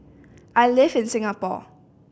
I live in Singapore